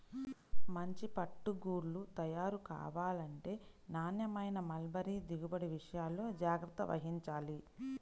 మంచి పట్టు గూళ్ళు తయారు కావాలంటే నాణ్యమైన మల్బరీ దిగుబడి విషయాల్లో జాగ్రత్త వహించాలి